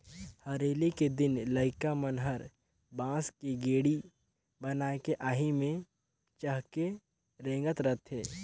हरेली के दिन लइका मन हर बांस के गेड़ी बनायके आही मे चहके रेंगत रथे